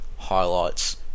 highlights